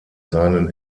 seinen